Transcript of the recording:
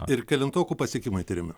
ir kelintokų pasiekimai tiriami